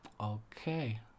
Okay